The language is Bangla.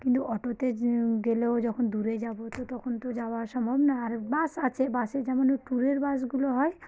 কিন্তু অটোতে গেলেও যখন দূরে যাব তো তখন তো যাওয়া সম্ভব না আর বাস আছে বাসে যেমন ট্যুরের বাসগুলো হয়